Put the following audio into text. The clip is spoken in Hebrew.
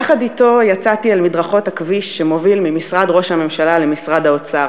יחד אתו יצאתי אל מדרכות הכביש שמוביל ממשרד ראש הממשלה למשרד האוצר,